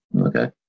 Okay